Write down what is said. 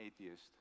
atheist